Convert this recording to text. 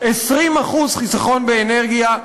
20% חיסכון באנרגיה,